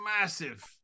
massive